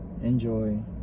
Enjoy